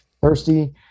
thirsty